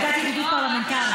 אגודת ידידות פרלמנטרית.